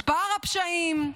מספר הפשעים,